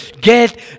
get